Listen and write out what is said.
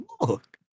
Look